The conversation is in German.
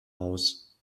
aus